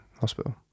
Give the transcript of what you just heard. hospital